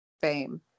fame